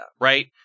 right